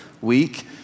week